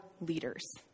leaders